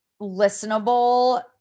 listenable